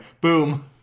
Boom